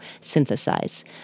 synthesize